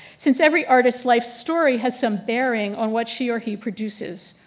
since every artist's life story has some bearing on what she or he produces.